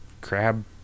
Crab